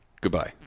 goodbye